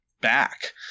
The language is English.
back